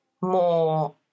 more